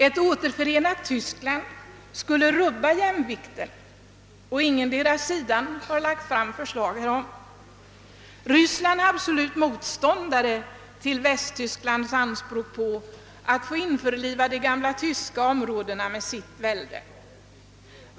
Ett återförenat Tyskland skulle rubba jämvikten, och ingendera sidan har därför lagt fram förslag härom. Ryssland är absolut motståndare till Västtysklands anspråk på att få införliva de gamla tyska områdena med sitt välde.